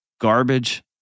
garbage